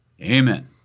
Amen